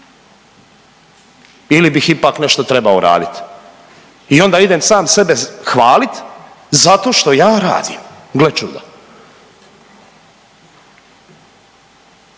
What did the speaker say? ili bih ipak nešto trebao radit. I onda idem sam sebe hvaliti zato što ja radim, gle čuda.